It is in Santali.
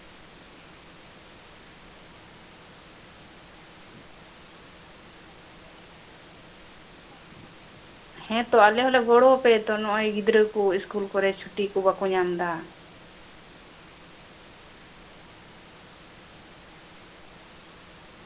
ᱦᱮᱸᱛᱚ ᱟᱞᱮ ᱦᱚᱸᱞᱮ ᱜᱚᱲᱚᱣᱟᱯᱮᱭᱟ ᱱᱚᱸᱜᱼᱚᱭ ᱤᱥᱠᱩᱞ ᱠᱚᱨᱮ ᱜᱤᱫᱽᱨᱟᱹ ᱠᱚ ᱪᱷᱩᱴᱤ ᱠᱚ ᱵᱟᱠᱚ ᱧᱟᱢᱮᱫᱟ